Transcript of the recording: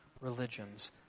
religions